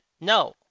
No